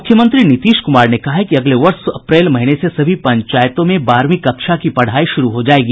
मुख्यमंत्री नीतीश कुमार ने कहा है कि अगले वर्ष अप्रैल महीने से सभी पंचायतों में बारहवीं कक्षा की पढ़ाई शुरू हो जायेगी